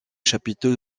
chapiteau